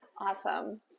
Awesome